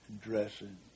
dressing